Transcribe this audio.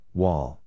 wall